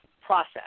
process